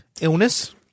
illness